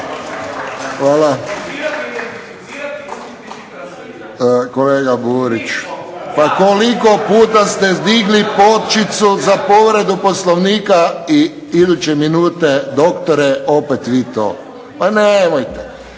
Hvala. Kolega Burić, pa koliko puta ste digli pločicu za povredu Poslovnika i iduće minute doktore opet vi to. Pa nemojte.